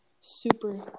super